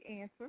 answer